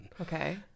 Okay